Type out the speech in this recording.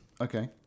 Okay